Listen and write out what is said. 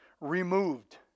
removed